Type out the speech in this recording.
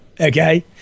Okay